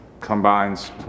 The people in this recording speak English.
combines